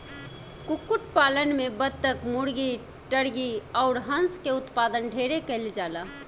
कुक्कुट पालन में बतक, मुर्गी, टर्की अउर हंस के उत्पादन ढेरे कईल जाला